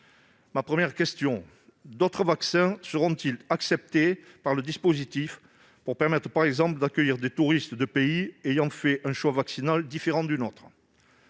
la suivante : d'autres vaccins seront-ils acceptés par le dispositif pour permettre, par exemple, d'accueillir des touristes de pays ayant fait un choix vaccinal différent du nôtre ?